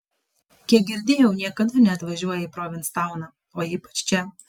kiek girdėjau niekada neatvažiuoji į provinstauną o ypač čia